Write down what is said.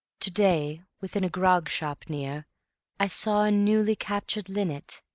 to-day within a grog-shop near i saw a newly captured linnet,